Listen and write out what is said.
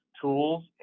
tools